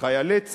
חיילי צה"ל,